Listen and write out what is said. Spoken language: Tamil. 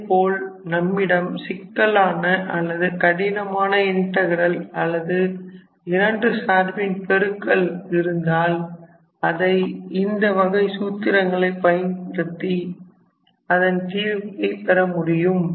அதேபோல் நம்மிடம் சிக்கலான அல்லது கடினமான இன்டகிரல் அல்லது இரண்டு சார்பின் பெருக்கல் இருந்தால் அதை இந்த வகை சூத்திரங்களை பயன்படுத்தி அதன் தீர்வை பெறமுடியும்